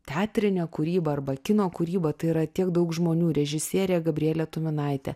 teatrinę kūrybą arba kino kūrybą tai yra tiek daug žmonių režisierė gabrielė tuminaitė